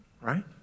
right